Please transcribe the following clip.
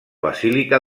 basílica